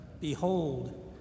Behold